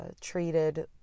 treated